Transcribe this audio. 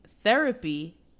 Therapy